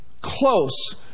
close